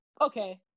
okay